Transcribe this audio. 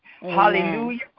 Hallelujah